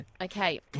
okay